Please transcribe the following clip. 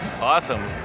awesome